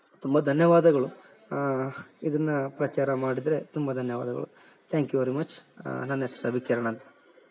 ತುಂಬ ಧನ್ಯವಾದಗಳು ಇದನ್ನು ಪ್ರಚಾರ ಮಾಡಿದ್ರೆ ತುಂಬ ಧನ್ಯವಾದಗಳು ತ್ಯಾಂಕ್ ಯು ವೆರಿ ಮಚ್ ನನ್ನ ಹೆಸ್ರು ರವಿಕಿರಣ್ ಅಂತ